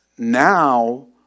Now